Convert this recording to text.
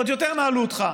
עוד יותר נעלו אותך,